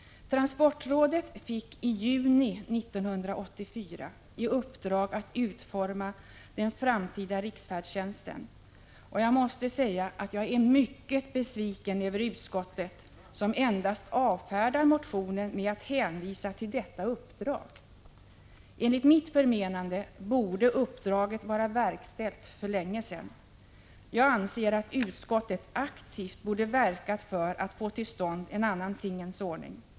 Transportrådet fick i juni 1984 i uppdrag att utforma den framtida riksfärdtjänsten. Jag måste säga att jag är mycket besviken på utskottet, som endast avfärdar motionen med att hänvisa till detta uppdrag. Enligt mitt förmenande borde uppdraget vara verkställt för länge sedan. Jag anser att utskottet aktivt borde ha verkat för att få till stånd en annan tingens ordning.